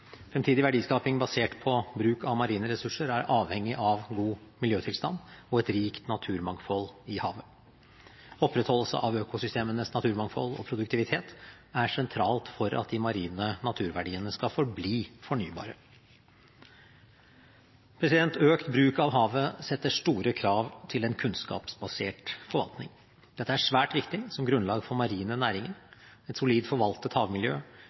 Fremtidig verdiskaping basert på bruk av marine ressurser er avhengig av god miljøtilstand og et rikt naturmangfold i havet. Opprettholdelse av økosystemenes naturmangfold og produktivitet er sentralt for at de marine naturverdiene skal forbli fornybare. Økt bruk av havet setter store krav til en kunnskapsbasert forvaltning. Dette er svært viktig som grunnlag for marine næringer – et solid forvaltet havmiljø